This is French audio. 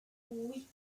oui